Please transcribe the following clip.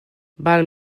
val